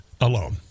alone